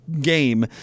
game